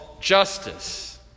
justice